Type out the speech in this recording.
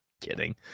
kidding